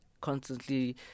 constantly